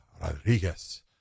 Rodriguez